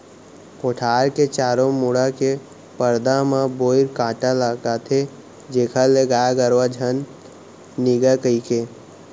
कोठार के चारों मुड़ा के परदा म बोइर कांटा लगाथें जेखर ले गाय गरुवा झन निगय कहिके